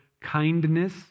kindness